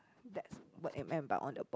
that's what am I about on the ball